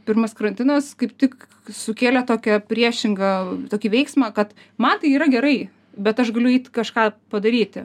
pirmas karantinas kaip tik sukėlė tokią priešingą tokį veiksmą kad man tai yra gerai bet aš galiu eit kažką padaryti